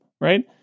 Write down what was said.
right